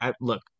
look